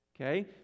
Okay